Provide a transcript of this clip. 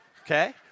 Okay